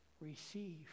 Receive